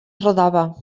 rodava